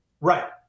Right